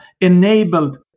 enabled